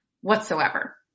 whatsoever